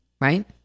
Right